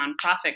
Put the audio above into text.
nonprofit